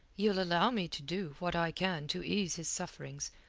ye'll allow me to do what i can to ease his sufferings,